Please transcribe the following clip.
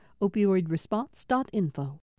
Opioidresponse.info